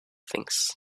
things